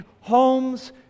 homes